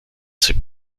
sais